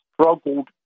struggled